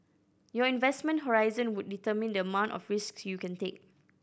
your investment horizon would determine the amount of risks you can take